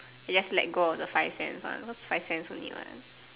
I just let go of the five cents one five cents only what